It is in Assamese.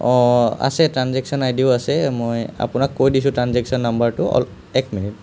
অঁ আছে ট্ৰাঞ্জেকশ্য়ন আইডিও আছে মই আপোনাক কৈ দিছোঁ ট্ৰাঞ্জেকশ্য়ন নাম্বাৰটো অলপ এক মিনিট